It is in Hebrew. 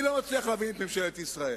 אני לא מצליח להבין את ממשלת ישראל.